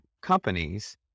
companies